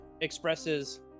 expresses